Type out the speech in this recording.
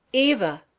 eva